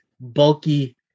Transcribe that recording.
bulky